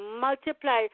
multiply